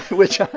which